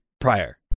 prior